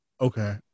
Okay